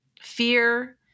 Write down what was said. Fear